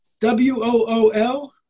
W-O-O-L